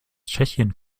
tschechien